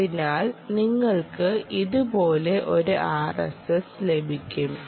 അതിനാൽ നിങ്ങൾക്ക് ഇതുപോലുള്ള ഒരു RSS ലഭിക്കും